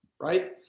right